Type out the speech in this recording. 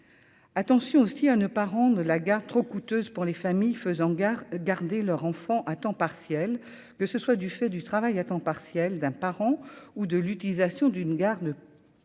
Attention aussi à ne parents de la gare trop coûteuse pour les familles faisant gare garder leur enfant à temps partiel, que ce soit du fait du travail à temps partiel d'un parent ou de l'utilisation d'une gare de